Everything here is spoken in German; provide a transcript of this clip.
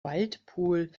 waldpool